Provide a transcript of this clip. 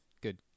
good